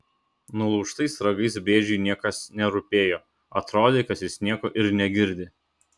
nulaužtais ragais briedžiui niekas nerūpėjo atrodė kad jis nieko ir negirdi